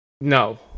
No